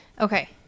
okay